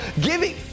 giving –